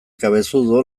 cabezudo